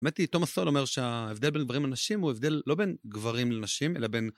האמת היא, תומס סול אומר שההבדל בין גברים לנשים הוא הבדל לא בין גברים לנשים אלא בין...